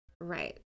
right